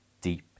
deep